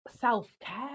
self-care